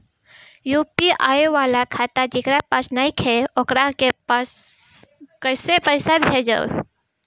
UPI वाला खाता जेकरा पास नईखे वोकरा के पईसा कैसे भेजब?